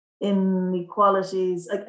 inequalities